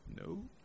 No